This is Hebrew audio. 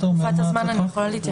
אני אומר